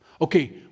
Okay